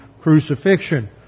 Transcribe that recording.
crucifixion